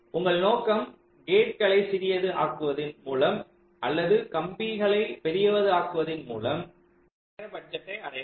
உங்கள் நோக்கம் கேட்களை சிறியது ஆக்குவதின் மூலம் அல்லது கம்பிகளை பெரியதாக்குவதின் மூலம் நேர பட்ஜெட்டை அடையலாம்